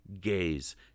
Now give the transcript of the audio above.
gaze